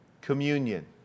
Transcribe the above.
Communion